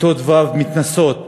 כיתות ו' מתנסות